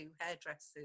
hairdressers